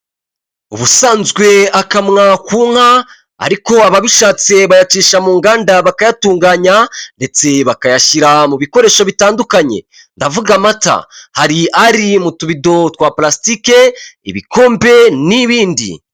Ubusanzwe akamwa ku nka ariko ababishatse bayacisha mu nganda bakayatunganya ndetse bakayashyira mu bikoresho bitandukanye ndavuga amata, hari ari mu tubido twa pulasitike, ibikombe n'ibindi.